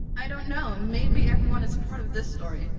i don't know. maybe everyone is part of this story,